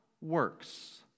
works